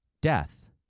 death